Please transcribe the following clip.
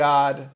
God